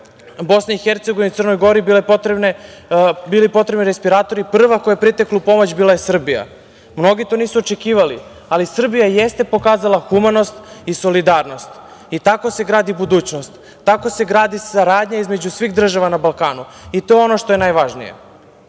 su Makedoniji, BiH, Crnoj Gori bili potrebni respiratori, prva koja je pritekla u pomoć bila je Srbija. Mnogi to nisu očekivali, ali Srbija jeste pokazala humanost i solidarnost. Tako se gradi budućnost, tako se gradi saradnja između svih država na Balkanu. To je ono što je najvažnije. Srbija